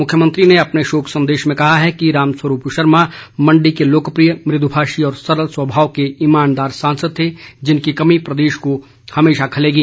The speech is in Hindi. मुख्यमंत्री ने अपने शोक संदेश में कहा है कि रामस्वरूप शर्मा मंडी के लोकप्रिय मुद्भाषी व सरल स्वभाव के ईमानदार सांसद थे जिनकी कमी प्रदेश को हमेशा खलेगी